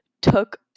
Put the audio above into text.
took